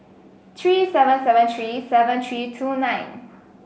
three seven seven three seven three two nine